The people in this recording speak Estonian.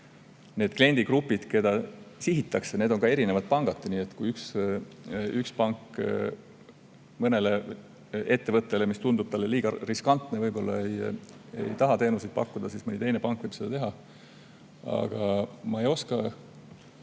Need kliendigrupid, keda sihitakse, on ka erinevad pangad. Nii et kui üks pank võib-olla mõnele ettevõttele, mis tundub talle liiga riskantne, ei taha teenuseid pakkuda, siis mõni teine pank võib seda teha. Aga ma ei oska